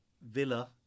Villa